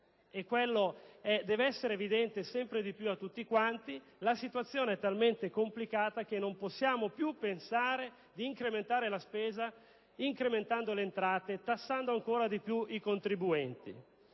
e questo deve essere evidente sempre più a tutti - la situazione è talmente complicata che non possiamo più pensare di incrementare la spesa incrementando le entrate, tassando ancora di più i contribuenti.